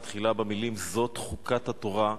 היא מתחילה במלים "זאת חֻקת התורה",